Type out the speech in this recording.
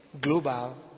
global